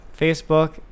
Facebook